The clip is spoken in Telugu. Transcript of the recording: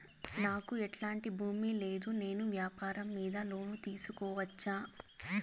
నాకు ఎట్లాంటి భూమి లేదు నేను వ్యాపారం మీద లోను తీసుకోవచ్చా?